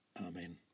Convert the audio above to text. Amen